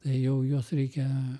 tai jau juos reikia